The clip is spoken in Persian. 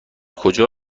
کجا